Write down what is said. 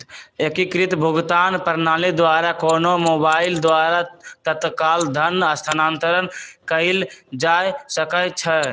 एकीकृत भुगतान प्रणाली द्वारा कोनो मोबाइल द्वारा तत्काल धन स्थानांतरण कएल जा सकैछइ